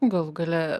galų gale